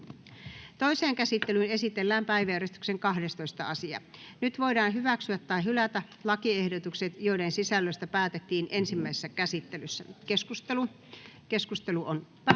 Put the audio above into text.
Toiseen käsittelyyn esitellään päiväjärjestyksen 7. asia. Nyt voidaan hyväksyä tai hylätä lakiehdotukset, joiden sisällöstä päätettiin ensimmäisessä käsittelyssä. Keskustelu asiasta